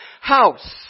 house